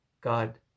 God